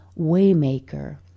Waymaker